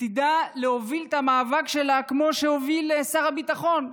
שידעו להוביל את המאבק שלהם כמו שהוביל שר הביטחון.